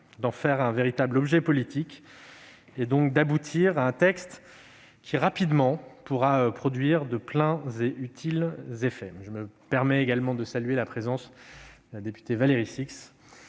d'en faire un véritable objet politique et d'aboutir à un texte qui, rapidement, pourra produire de pleins et utiles effets. Je me permets également de saluer la présence en tribune de la députée Valérie Six,